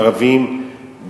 ערבים,